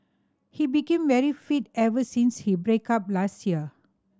he became very fit ever since he break up last year